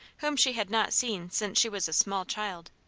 whom she had not seen since she was a small child,